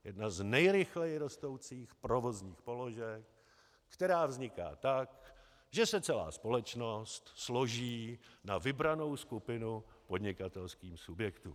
Jedna z nejrychleji rostoucích provozních položek, která vzniká tak, že se celá společnost složí na vybranou skupinu podnikatelských subjektů.